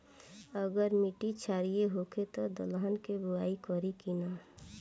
अगर मिट्टी क्षारीय होखे त दलहन के बुआई करी की न?